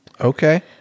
Okay